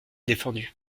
défendu